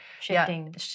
shifting